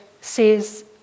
says